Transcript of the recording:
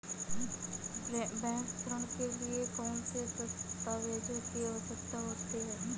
Bank ऋण के लिए कौन से दस्तावेजों की आवश्यकता है?